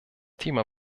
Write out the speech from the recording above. thema